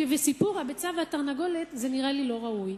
כבסיפור הביצה והתרנגולת, זה נראה לי לא ראוי.